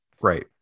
right